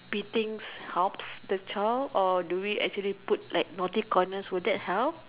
beatings helped the child or do we actually put like naughty corners would that help